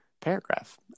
paragraph